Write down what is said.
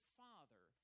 father